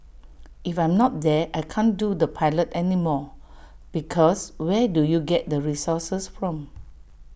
if I'm not there I can't do the pilot anymore because where do you get the resources from